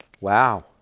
wow